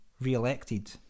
re-elected